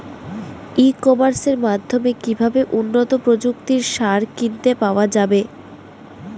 ই কমার্সের মাধ্যমে কিভাবে উন্নত প্রযুক্তির সার কিনতে পাওয়া যাবে?